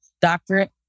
doctorate